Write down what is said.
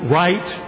right